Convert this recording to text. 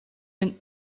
een